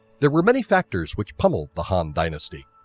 there were many factors which pummelled the han dynasty,